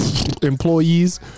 employees